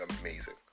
amazing